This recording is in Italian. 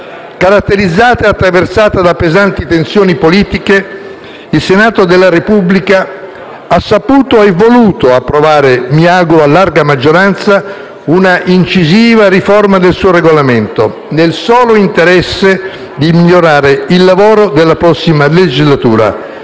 caratterizzata e attraversata da pesanti tensioni politiche, il Senato della Repubblica ha saputo e voluto approvare - mi auguro a larga maggioranza - una incisiva riforma del suo Regolamento nel solo interesse di migliorare il lavoro della prossima legislatura.